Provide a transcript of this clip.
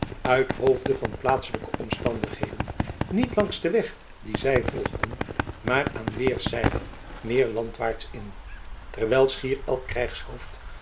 uithoofde van plaatselijke omstandigheden niet langs den weg dien zij volgden maar aan weerszijden meer landwaarts in terwijl schier elk krijgshoofd